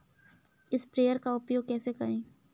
Sprayer का उपयोग कैसे करें?